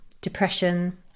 depression